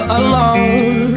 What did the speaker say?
alone